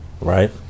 right